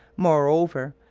moreover,